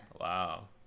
Wow